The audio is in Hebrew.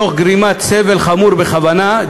תוך גרימת סבל חמור בכוונה,